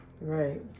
Right